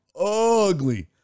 ugly